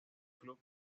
club